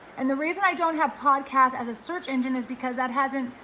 and the reason i don't have podcasts as a search engine is because that hasn't,